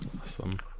awesome